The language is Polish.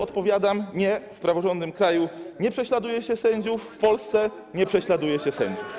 Odpowiadam: Nie, w praworządnym kraju nie prześladuje się sędziów, w Polsce nie prześladuje się sędziów.